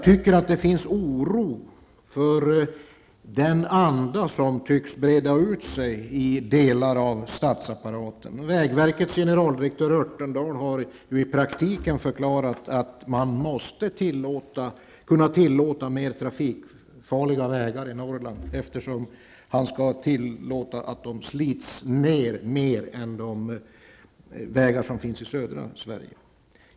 Det är en oroväckande anda som tycks breda ut sig i delar av statsapparaten. Vägverkets generaldirektör Örtendahl har ju i praktiken förklarat att man måste kunna tillåta mer trafikfarliga vägar i Norrland -- eftersom han skall tillåta att vägarna där slits ner mer än vägarna i södra Sverige.